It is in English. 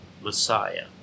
Messiah